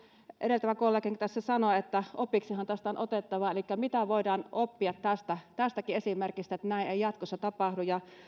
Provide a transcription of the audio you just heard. edeltävä kollegakin tässä sanoi opiksihan tästä on otettava elikkä mitä voidaan oppia tästäkin esimerkistä että näin ei jatkossa tapahdu